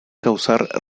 causar